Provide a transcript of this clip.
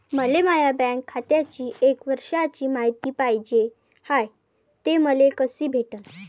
मले माया बँक खात्याची एक वर्षाची मायती पाहिजे हाय, ते मले कसी भेटनं?